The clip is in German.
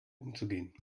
umzugehen